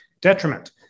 detriment